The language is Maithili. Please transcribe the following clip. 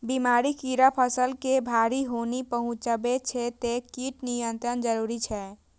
बीमारी, कीड़ा फसल के भारी हानि पहुंचाबै छै, तें कीट नियंत्रण जरूरी छै